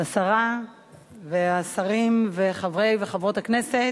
השרה והשרים וחברי וחברות הכנסת,